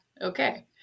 okay